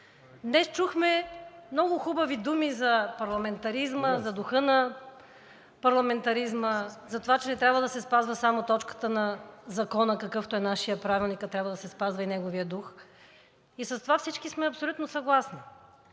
Днес чухме много хубави думи за парламентаризма, за духа на парламентаризма, за това, че не трябва да се спазва само точката на закона, какъвто е нашият правилник, а трябва да се спазва и неговият дух, и с това всички сме абсолютно съгласни.